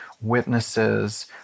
witnesses